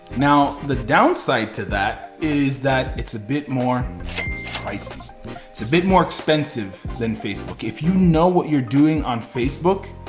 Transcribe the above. now the downside to that is that it's a bit more pricey. it's a bit more expensive than facebook. if you now know what you're doing on facebook,